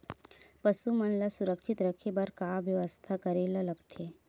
पशु मन ल सुरक्षित रखे बर का बेवस्था करेला लगथे?